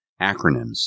Acronyms